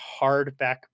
hardback